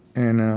and